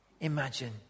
imagine